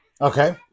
Okay